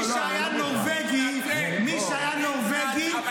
מי שהיה נורבגי, מי שהיה נורבגי --- תתנצל.